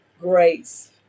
grace